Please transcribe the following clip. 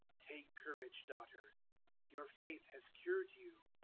take courage, daughter your faith has cured you.